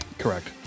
correct